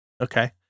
Okay